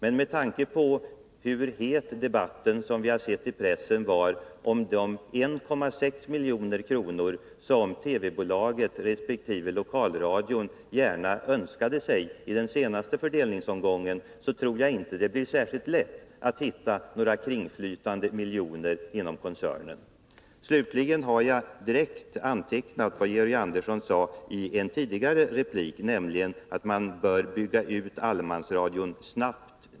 Men med tanke på hur het debatten enligt vad vi har sett i pressen var om de 1,6 milj.kr. som TV-bolaget resp. lokalradion gärna ville ha i den senaste fördelningsomgången tror jag inte det blir särskilt lätt att hitta några kringflytande miljoner inom koncernen. Jag har antecknat vad Georg Andersson sade i en tidigare replik, nämligen att man nu bör bygga ut allemansradion snabbt.